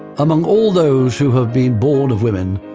among all those who have been born of women,